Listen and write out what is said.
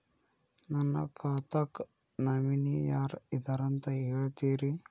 ನನ್ನ ಖಾತಾಕ್ಕ ನಾಮಿನಿ ಯಾರ ಇದಾರಂತ ಹೇಳತಿರಿ?